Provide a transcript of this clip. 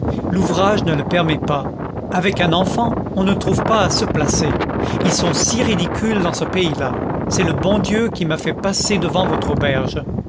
l'ouvrage ne le permet pas avec un enfant on ne trouve pas à se placer ils sont si ridicules dans ce pays-là c'est le bon dieu qui m'a fait passer devant votre auberge